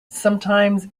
sometimes